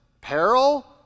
peril